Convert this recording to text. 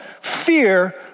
fear